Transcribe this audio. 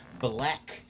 black